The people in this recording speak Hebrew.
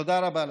תודה רבה לך.